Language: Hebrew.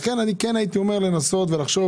לכן אני כן הייתי אומר לנסות ולחשוב,